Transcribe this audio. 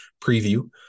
preview